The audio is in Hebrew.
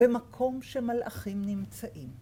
‫במקום שמלאכים נמצאים.